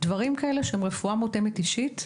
מדובר על רפואה מותאמת אישית,